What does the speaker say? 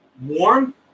warm